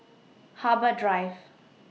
Harbour Drive